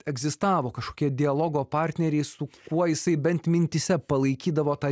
egzistavo kažkokie dialogo partneriai su kuo jisai bent mintyse palaikydavo tą